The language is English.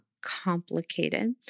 complicated